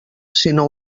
sinó